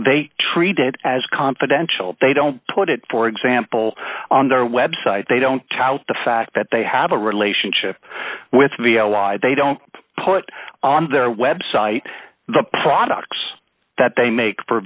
they treat it as confidential they don't put it for example on their website they don't tout the fact that they have a relation if with the allied they don't put on their website the products that they make for